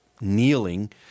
kneeling –